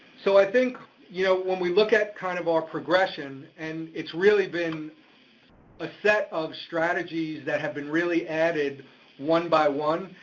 so i think you know when we look at kind of our progression, and it's really been a set of strategies that have been really added one by one,